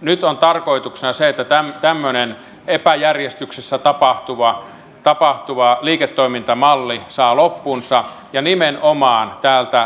nyt on tarkoituksena se että tämmöinen epäjärjestyksessä tapahtuva liiketoimintamalli saa loppunsa ja nimenomaan